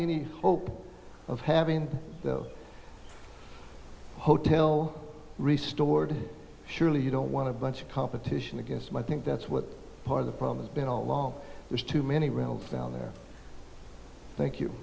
any hope of having a hotel re stored surely you don't want to bunch of competition against him i think that's what part of the problem has been all along there's too many down there thank you